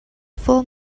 full